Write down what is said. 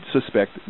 suspect